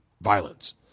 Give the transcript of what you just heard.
violence